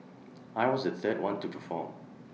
I was the third one to perform